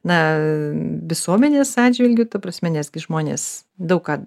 na visuomenės atžvilgiu ta prasme nes kai žmonės daug ką